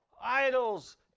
idols